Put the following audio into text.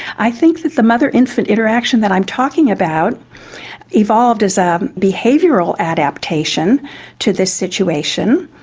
i think that the mother-infant interaction that i'm talking about evolved as a behavioural adaptation to this situation.